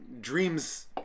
dreams